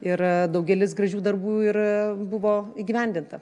ir daugelis gražių darbų ir buvo įgyvendinta